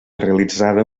realitzada